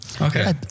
Okay